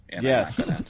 Yes